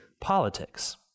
politics